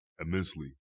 immensely